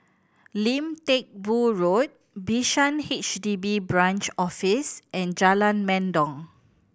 Lim Teck Boo Road Bishan H D B Branch Office and Jalan Mendong